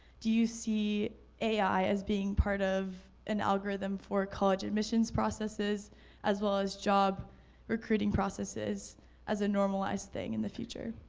do you see ai as being part of an algorithm for college admissions processes as well as job recruiting processes as a normalized thing in the future?